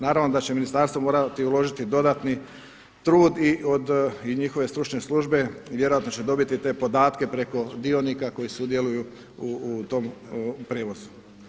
Naravno da će ministarstvo morati uložiti dodatni trud i od i njihove stručne službe i vjerojatno će dobiti te podatke preko dionika koji sudjeluju u tom prijevozu.